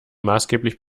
maßgeblich